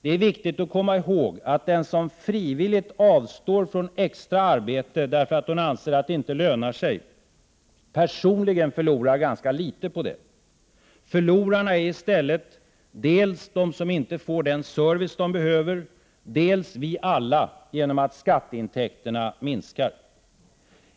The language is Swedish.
Det är viktigt att komma ihåg att den som frivilligt avstår från extra arbete, därför att hon anser att det inte lönar sig, personligen förlorar ganska litet på det. Förlorarna är i stället dels de som inte får den service de behöver, dels vi alla genom att skatteintäkterna minskar.